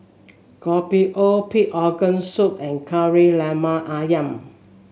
Kopi O Pig Organ Soup and Kari Lemak ayam